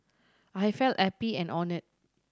I felt happy and honoured